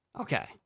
Okay